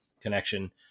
connection